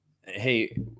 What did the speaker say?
hey